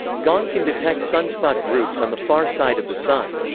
gong can detect sunspot groups on the far side of the sun.